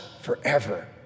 forever